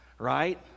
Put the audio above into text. right